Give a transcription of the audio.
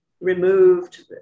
removed